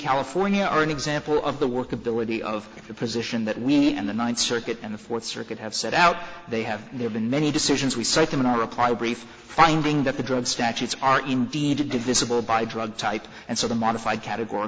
california are an example of the workability of the position that we and the ninth circuit and the fourth circuit have set out they have there been many decisions we cited in our reply brief finding that the drug statutes are indeed divisible by drug type and so the modified categor